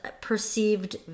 perceived